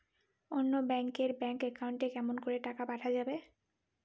অন্য ব্যাংক এর bank account এ কেমন করে টাকা পাঠা যাবে?